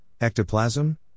ectoplasm